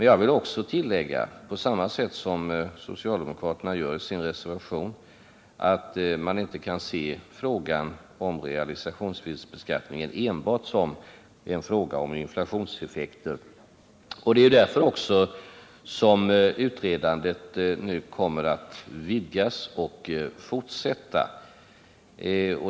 Jag vill tillägga, på samma sätt som socialdemokraterna gör i sin reservation, att man inte kan se frågan om realisationsvinstbeskattningen enbart som en fråga om inflationseffekter. Det är också därför som utredandet nu kommer att vidgas och fortsätta.